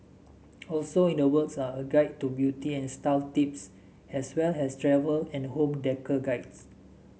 also in the works are a guide to beauty and style tips as well as travel and home guides